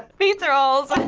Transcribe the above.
pizza rolls.